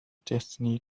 destiny